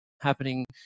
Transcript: happening